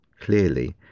Clearly